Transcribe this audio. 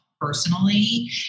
personally